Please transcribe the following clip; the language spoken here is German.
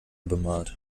bemalt